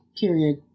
period